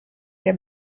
der